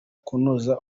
kunoza